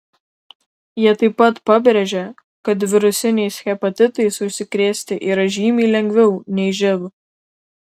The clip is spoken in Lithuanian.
jie taip pat pabrėžė kad virusiniais hepatitais užsikrėsti yra žymiai lengviau nei živ